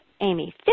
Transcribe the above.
Amy